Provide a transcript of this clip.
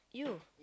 you